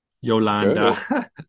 Yolanda